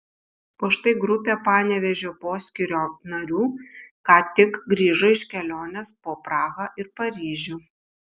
o štai grupė panevėžio poskyrio narių ką tik grįžo iš kelionės po prahą ir paryžių